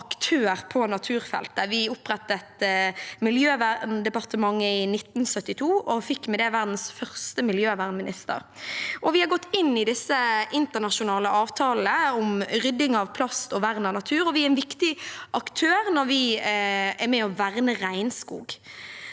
Vi opprettet Miljøverndepartement i 1972 og fikk med det verdens første miljøvernminister, vi har gått inn i disse internasjonale avtalene om rydding av plast og vern av natur, og vi er en viktig aktør når vi er med på å verne regnskog.